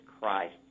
Christ